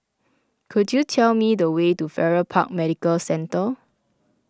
could you tell me the way to Farrer Park Medical Centre